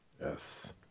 Yes